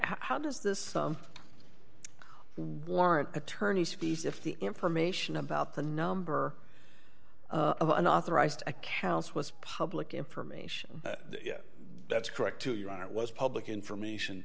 how does this warrant attorney's fees if the information about the number of unauthorized accounts was public information that's correct to you on it was public information